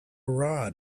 rod